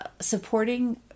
supporting